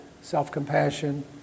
self-compassion